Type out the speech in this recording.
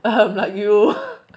ahem like you